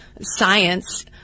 science